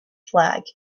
flag